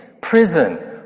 prison